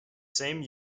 same